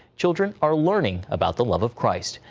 children are learning about the love of christ.